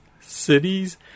cities